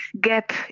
gap